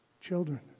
children